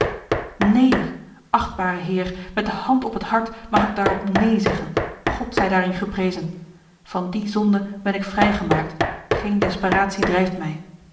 neen achtbare heer met de hand op het hart mag ik daarop neen zeggen god zij daarin geprezen van die zonde ben ik vrij gemaakt geene desperatie drijft mij